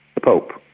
the pope,